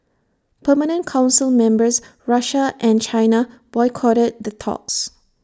permanent Council members Russia and China boycotted the talks